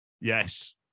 Yes